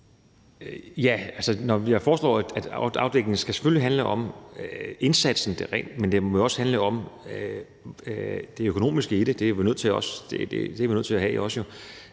Ja, jeg foreslår, at afdækningen selvfølgelig skal handle om indsatsen, men den må jo også handle om det økonomiske i det. Det er vi jo nødt til også at have med.